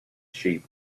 sheep